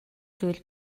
зүйл